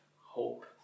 hope